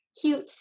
cute